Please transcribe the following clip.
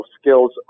skills